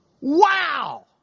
Wow